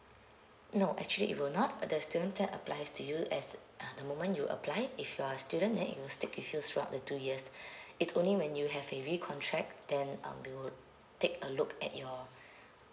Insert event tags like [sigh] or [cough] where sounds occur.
no actually it will not uh the student plan applies to you as uh the moment you apply if you are student then it will stick with you throughout the two years [breath] it's only when you have a recontract then um we would take a look at your